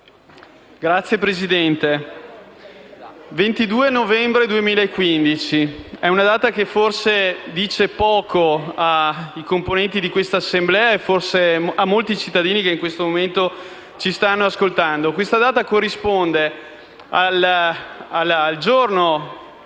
Signora Presidente, il 22 novembre 2015 è una data che forse dice poco ai componenti di questa Assemblea e forse a molti cittadini che in questo momento ci stanno ascoltando. Questa data corrisponde al giorno